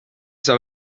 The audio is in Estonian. saa